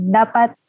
dapat